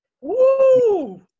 Woo